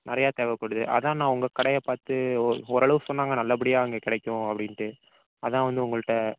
நிறையா தேவைப்படுது அதுதான் நான் உங்க கடையை பார்த்து ஓரளவுக்கு சொன்னாங்க நல்லபடியாக அங்கே கிடைக்கும் அப்படின்ட்டு அதுதான் வந்து உங்கள்கிட்ட